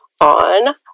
on